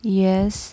yes